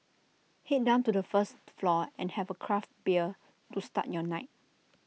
Head down to the first floor and have A craft bear to start your night